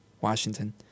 Washington